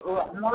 ଓ ଆମର